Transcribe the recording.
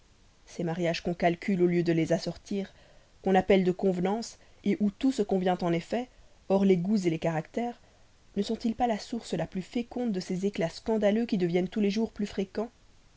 ces mariages qu'on calcule au lieu de les assortir qu'on appelle de convenance où tout se convient en effet hors les goûts les caractères ne sont-ils pas la source la plus féconde de ces éclats scandaleux qui deviennent tous les jours plus fréquents